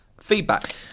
Feedback